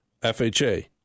FHA